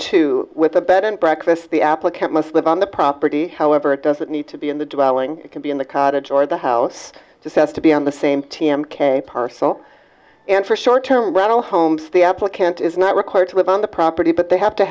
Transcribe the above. two with a bed and breakfast the applicant must live on the property however it doesn't need to be in the devouring it can be in the cottage or the house just has to be on the same team k parcel and for short term rental homes the applicant is not required to live on the property but they have to